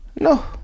No